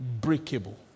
breakable